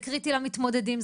זה קריטי למתמודדים,